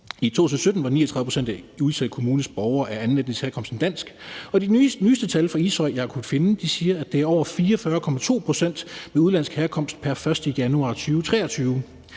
I 2017 var 39 pct. af de udsætte kommuners borgere af anden etnisk herkomst end dansk, og de nyeste tal fra Ishøj, jeg har kunnet finde, siger, at det er over 44,2 pct. med udenlandsk herkomst pr. 1. januar 2023.